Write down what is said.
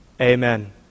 Amen